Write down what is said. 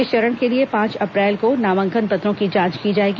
इस चरण के लिए पांच अप्रैल को नामांकन पत्रों की जांच की जाएगी